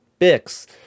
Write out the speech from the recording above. Bix